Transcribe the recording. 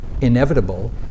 inevitable